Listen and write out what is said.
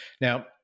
Now